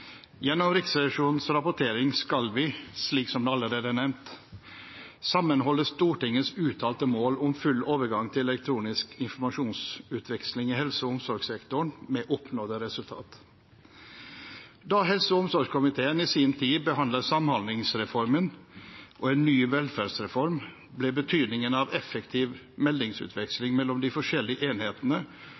Gjennom Riksrevisjonens rapportering skal vi, slik som det allerede er nevnt, sammenholde Stortingets uttalte mål om full overgang til elektronisk informasjonsutveksling i helse- og omsorgssektoren med oppnådde resultater. Da helse- og omsorgskomiteen i sin tid behandlet Samhandlingsreformen og en ny velferdsreform, ble betydningen av effektiv meldingsutveksling mellom de forskjellige enhetene